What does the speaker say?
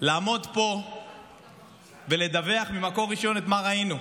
לעמוד פה ולדווח ממקור ראשון מה ראינו.